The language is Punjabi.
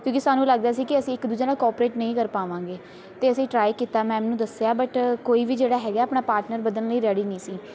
ਕਿਉਂਕਿ ਸਾਨੂੰ ਲੱਗਦਾ ਸੀ ਕਿ ਅਸੀਂ ਇੱਕ ਦੂਜੇ ਨਾਲ਼ ਕੋਪਰੇਟ ਨਹੀਂ ਕਰ ਪਾਵਾਂਗੇ ਅਤੇ ਅਸੀਂ ਟ੍ਰਾਈ ਕੀਤਾ ਮੈਮ ਨੂੰ ਦੱਸਿਆ ਬਟ ਕੋਈ ਵੀ ਜਿਹੜਾ ਹੈਗਾ ਆਪਣਾ ਪਾਰਟਨਰ ਬਦਲਣ ਲਈ ਰੈਡੀ ਨਹੀਂ ਸੀ